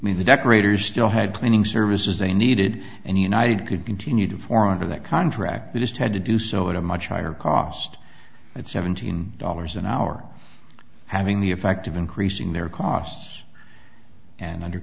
mean the decorators still had cleaning services they needed and united could continue to form that contract they just had to do so at a much higher cost at seventeen dollars an hour having the effect of increasing their costs and under